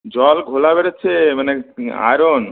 জল ঘোলা বেরোচ্ছে মানে আয়রন